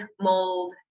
mold